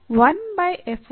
ಮತ್ತು ಈ X